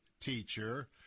teacher